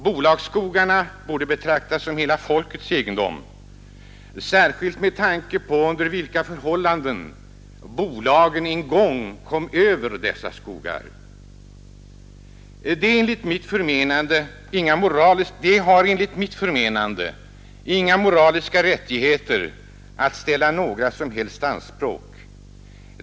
Bolagsskogarna borde betraktas som hela folkets egendom, särskilt med tanke på de förhållanden under vilka bolagen en gång kom över dessa skogar. Bolagen har, enligt mitt förmenande, inga moraliska rättigheter att ställa några som helst anspråk.